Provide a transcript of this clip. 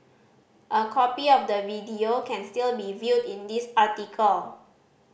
a copy of the video can still be viewed in this article